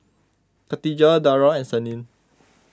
Katijah Dara and Senin